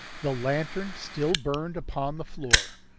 the lantern still burned upon the floor.